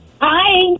Hi